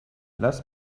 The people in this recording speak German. lass